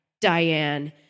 Diane